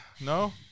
No